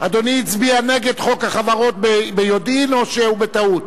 אדוני הצביע נגד חוק החברות ביודעין או בטעות?